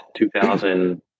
2000